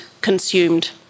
consumed